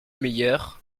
meilleur